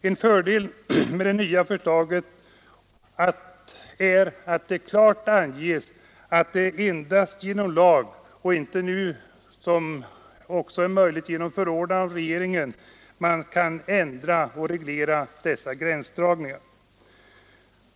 En fördel i det nya förslaget är att där klart anges att endast lag — alltså inte som nu även regeringsförordning — kan "reglera dessa gränsdragningar.